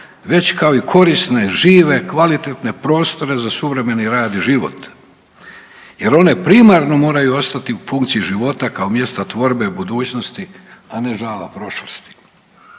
već i kao i korisne, žive, kvalitetne prostore za suvremeni rad i život jer one primarno moraju ostati u funkciji života kao mjesta tvorbe i budućnosti, a ne žala prošlosti.